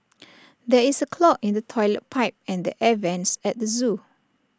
there is A clog in the Toilet Pipe and the air Vents at the Zoo